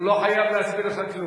הוא לא חייב להסביר לך כלום.